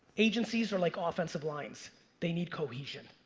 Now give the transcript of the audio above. agencies are like ah offensive lines they need cohesion.